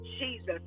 Jesus